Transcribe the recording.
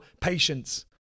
patience